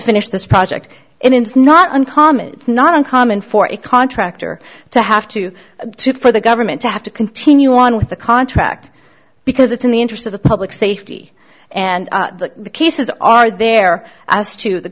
finish this project in it's not uncommon it's not uncommon for a contractor to have to do for the government to have to continue on with the contract because it's in the interest of the public safety and the cases are there as to the